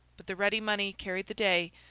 but the ready money carried the day,